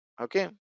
Okay